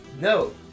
No